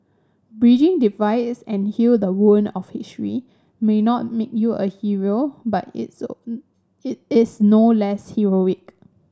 bridging divides and heal the wound of history may not make you a Hero but its it is no less heroic